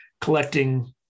collecting